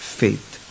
faith